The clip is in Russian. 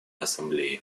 ассамблеи